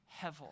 hevel